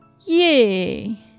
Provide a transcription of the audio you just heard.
Yay